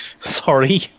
Sorry